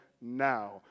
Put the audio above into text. now